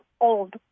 old